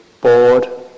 bored